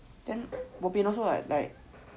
then bopian also like